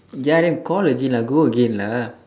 ya then call again lah go again lah